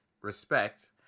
respect